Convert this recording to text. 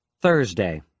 Thursday